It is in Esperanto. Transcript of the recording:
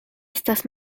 estas